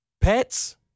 pets